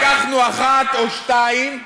לקחנו אחת או שתיים,